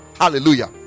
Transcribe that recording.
Hallelujah